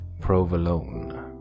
Provolone